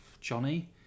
Johnny